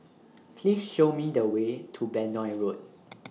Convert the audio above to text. Please Show Me The Way to Benoi Road